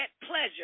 pleasure